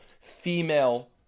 female